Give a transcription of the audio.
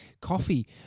Coffee